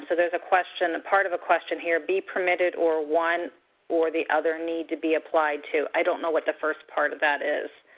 so there's a question a part of a question here. be permitted or one or the other need to be applied to. i don't know what the first part of that is.